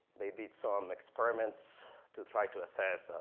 they did some experiments to try to assess,